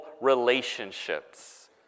relationships